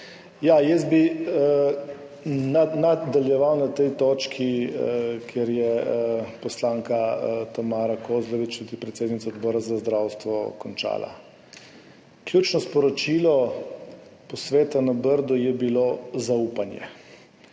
Nadaljeval bi na točki, kjer je poslanka Tamara Kozlovič, tudi predsednica Odbora za zdravstvo, končala. Ključno sporočilo posveta na Brdu je bilo zaupanje.